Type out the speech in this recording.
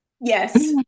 yes